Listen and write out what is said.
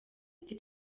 iti